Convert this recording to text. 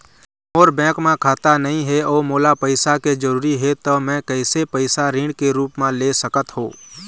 मोर bank म खाता नई हे अउ मोला पैसा के जरूरी हे त मे कैसे पैसा ऋण के रूप म ले सकत हो?